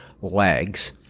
legs